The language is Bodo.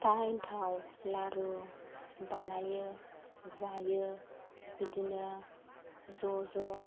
फिथा एन्थाव लारु बानायो जायो बिदिनो ज' ज'